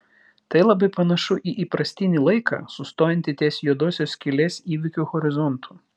tai labai panašu į įprastinį laiką sustojantį ties juodosios skylės įvykių horizontu